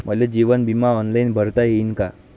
मले जीवन बिमा ऑनलाईन भरता येईन का?